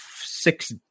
six